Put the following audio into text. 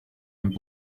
and